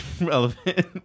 relevant